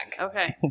Okay